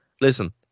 listen